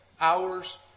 hours